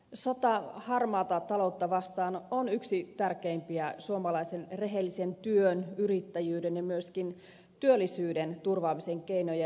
sota harmaata taloutta vastaan on yksi tärkeimpiä suomalaisen rehellisen työn yrittäjyyden ja myöskin työllisyyden turvaamisen keinoja